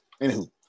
anywho